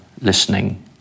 listening